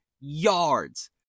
yards